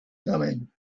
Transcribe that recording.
coming